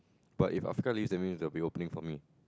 but if after that's mean is a well pay for me